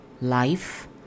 life